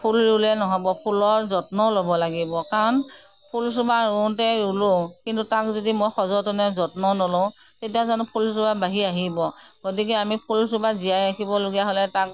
ফুল ৰুলে নহ'ব ফুলৰ যত্নও ল'ব লাগিব কাৰণ ফুলজোপা ৰুওঁতে ৰুলোঁ কিন্তু তাক যদি মই সযতনে যত্ন নলওঁ তেতিয়া জানো ফুলজোপা বাঢ়ি আহিব গতিকে আমি ফুলজোপা জীয়াই ৰাখিবলগীয়া হ'লে তাক